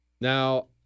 Now